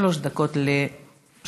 שלוש דקות לרשותך.